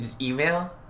email